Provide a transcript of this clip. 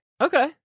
Okay